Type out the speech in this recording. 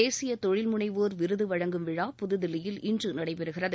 தேசிய தொழில் முனைவோர் விருது வழங்கும் விழா புதுதில்லியில் இன்று நடைபெறுகிறது